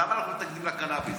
למה אנחנו מתנגדים לקנביס,